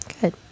Good